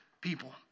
people